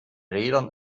rädern